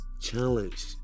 challenge